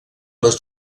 les